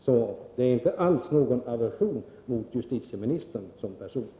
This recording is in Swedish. Jag har inte alls någon aversion mot justitieministern som person.